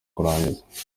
kurangira